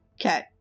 Okay